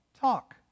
talk